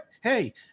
hey